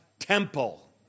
temple